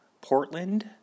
Portland